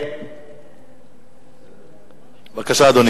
בבקשה, אדוני.